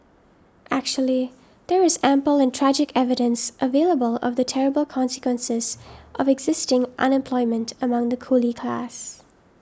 actually there is ample and tragic evidence available of the terrible consequences of existing unemployment among the coolie class